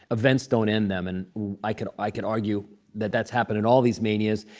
events don't end them. and i could i could argue that that's happened in all these manias.